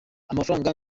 amafaranga